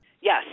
Yes